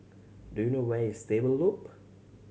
do you know where is Stable Loop